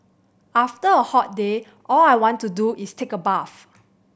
after a hot day all I want to do is take a bath